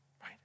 right